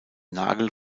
nagel